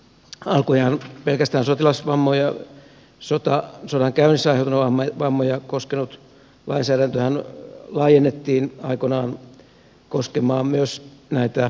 alkujaan pelkästään sotilasvammoja sodankäynnissä aiheutuneita vammoja koskenut lainsäädäntöhän laajennettiin aikoinaan koskemaan myös näitä räjähdysonnettomuuksia